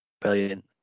Brilliant